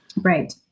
Right